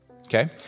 okay